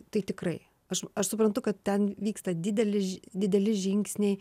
tai tikrai aš aš suprantu kad ten vyksta didelis dideli žingsniai